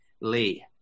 Lee